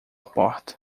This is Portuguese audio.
porta